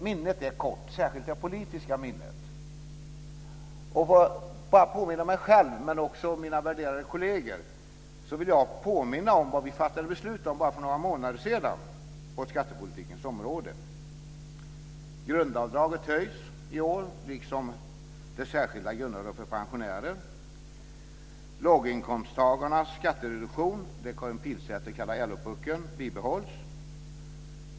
Minnet är kort, särskilt det politiska minnet. Jag vill bara påminna mig själv men också mina värderade kolleger om vad vi fattade beslut om bara för några månader sedan på skattepolitikens område. Grundavdraget höjs i år, liksom det särskilda grundavdraget för pensionärer. Låginkomsttagarnas skattereduktion, det Karin Pilsäter kallar LO-puckeln, bibehålls.